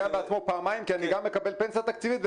בעצמו פעמיים כי אני גם מקבל פנסיה תקציבית,